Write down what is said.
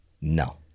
No